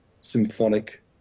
symphonic